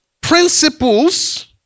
principles